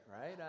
right